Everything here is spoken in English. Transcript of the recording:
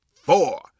four